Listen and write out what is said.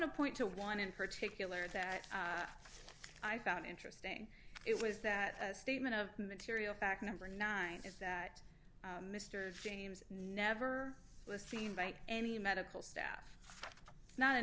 to point to one in particular that i found interesting it was that a statement of material fact number nine is that mr james never was seen by any medical staff not an